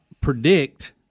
predict